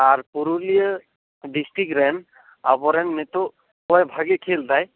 ᱟᱨ Purulia district ᱨᱮᱱ ᱟᱵᱚᱨᱮᱱ ᱱᱤᱛᱚᱜ ᱚᱭ ᱵᱷᱟᱹᱜᱤ ᱠᱷᱮᱞᱫᱟᱭ